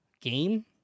game